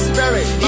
Spirit